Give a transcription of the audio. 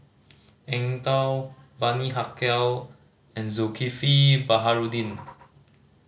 Eng Tow Bani Haykal and Zulkifli Baharudin